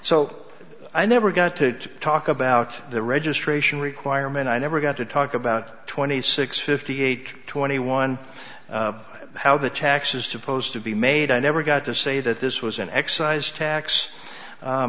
so i never got to talk about the registration requirement i never got to talk about twenty six fifty eight twenty one how the taxes supposed to be made i never got to say that this was an excise tax